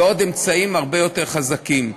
ועוד אמצעים הרבה יותר חזקים.